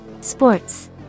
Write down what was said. sports